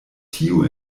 tiu